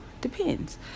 depends